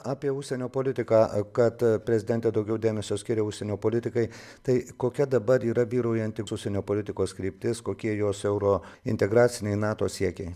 apie užsienio politiką kad prezidentė daugiau dėmesio skiria užsienio politikai tai kokia dabar yra vyraujanti užsienio politikos kryptis kokie jos euro integraciniai nato siekiai